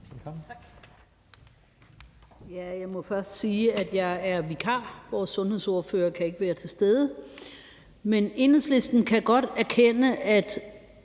Tak. Jeg må først sige, at jeg er vikar; vores sundhedsordfører kan ikke være til stede. Enhedslisten kan godt erkende, at